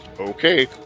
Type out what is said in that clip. Okay